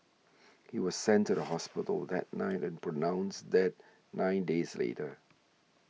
he was sent to the hospital that night and pronounced dead nine days later